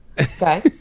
okay